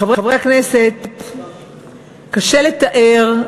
חברי הכנסת, קשה לתאר,